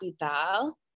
Capital